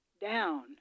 down